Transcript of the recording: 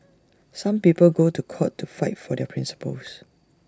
some people go to court to fight for their principles